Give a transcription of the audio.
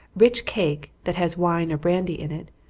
rich cake, that has wine or brandy in it,